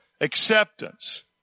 acceptance